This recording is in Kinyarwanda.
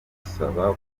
badusaba